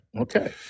Okay